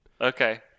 Okay